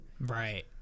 Right